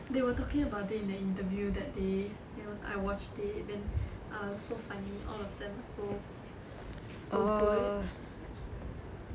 they were talking about it in the interview that day it was I watched it then err so funny all of them so so good